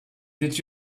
did